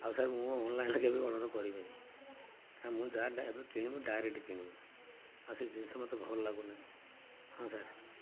ଆଉ ସାର୍ ମୁଁ ଅନଲାଇନ୍ରେ କେବେ ଅର୍ଡ଼ର କରିବିନି କାରଣ ମୁଁ ଏବେ କିଣିବୁ ଡାଇରେକ୍ଟ କିଣିବି ଆଉ ସେ ଜିନିଷ ମୋତେ ଭଲ ଲାଗୁନି ହଁ ସାର୍